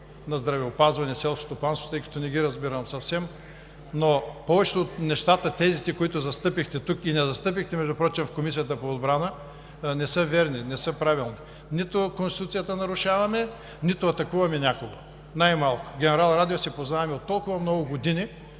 на здравеопазване, на селско стопанство, тъй като не ги разбирам съвсем, но повечето от нещата, тезите които застъпихте тук, и не застъпихте, между впрочем, в Комисията по отбрана, не са верни, не са правилни. Нито Конституцията нарушаваме, нито атакуваме някого, най-малко. С генерал Радев се познаваме от толкова много години,